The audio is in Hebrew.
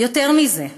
יותר מזה,